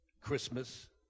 Christmas